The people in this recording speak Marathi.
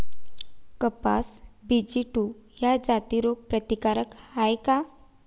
कपास बी.जी टू ह्या जाती रोग प्रतिकारक हाये का?